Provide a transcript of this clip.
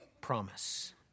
promise